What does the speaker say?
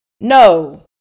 No